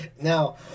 Now